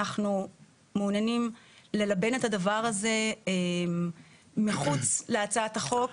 אנחנו מעוניינים ללבן את הדבר הזה מחוץ להצעת החוק.